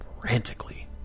frantically